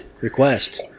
request